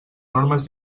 normes